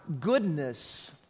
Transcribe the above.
goodness